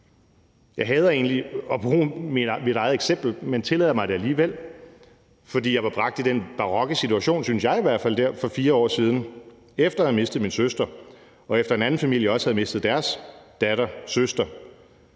Jeg hader egentlig at bruge mit eget eksempel, men tillader mig det alligevel, fordi jeg var bragt i den barokke situation, synes jeg i hvert fald, for 4 år siden efter at have mistet min søster, og efter at en anden familie også havde mistet deres datter, søster,